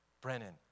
Brennan